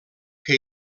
que